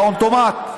באוטומט.